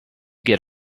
get